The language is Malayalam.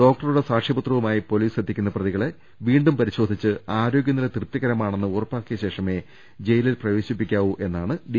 ഡോക്ടറുടെ സാക്ഷ്യപത്രവുമായി പൊലീസ് എത്തിക്കുന്ന പ്രതികളെ വീണ്ടും പരിശോധിച്ച് ആരോഗ്യനില തൃപ്തികരമാണെന്ന് ഉറപ്പാക്കിയ ശേഷമേ ജയിലിൽ പ്രവേശിപ്പിക്കാവൂ എന്നാണ് ഡി